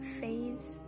phase